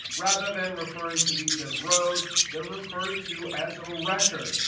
rather than referring to these as rows, they're referred to as a record.